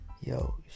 yo